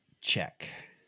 check